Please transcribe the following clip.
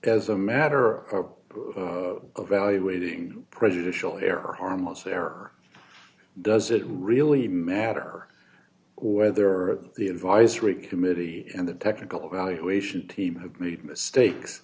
as a matter of valuating prejudicial error harmless error does it really matter whether the advisory committee and the technical evaluation team have made mistakes